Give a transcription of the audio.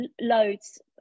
Loads